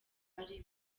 ari